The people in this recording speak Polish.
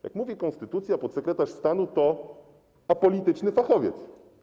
Jak mówi konstytucja, podsekretarz stanu to apolityczny fachowiec.